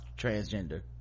transgender